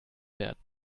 werden